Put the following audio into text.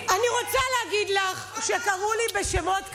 אני רוצה להגיד לך שקראו לי בשמות קשים,